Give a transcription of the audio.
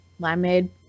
limeade